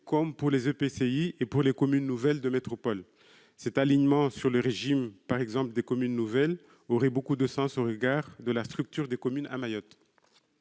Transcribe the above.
comme pour les EPCI et pour les communes nouvelles de métropole. Cet alignement sur le régime, par exemple, des communes nouvelles aurait beaucoup de sens au regard de la structure des communes à Mayotte.